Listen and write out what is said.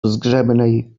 zgrzebnej